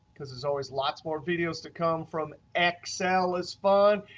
because there's always lots more videos to come from excel is fun,